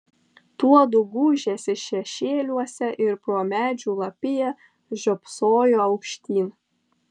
tuodu gūžėsi šešėliuose ir pro medžių lapiją žiopsojo aukštyn